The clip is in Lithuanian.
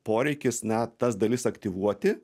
poreikis na tas dalis aktyvuoti